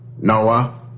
Noah